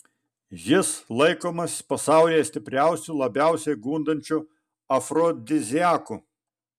jis laikomas pasaulyje stipriausiu labiausiai gundančiu afrodiziaku